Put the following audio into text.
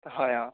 হয় অ'